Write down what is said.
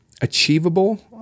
achievable